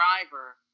driver